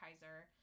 Kaiser